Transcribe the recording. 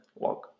log